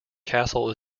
castle